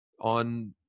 on